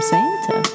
Santa